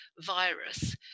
virus